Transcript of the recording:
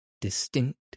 distinct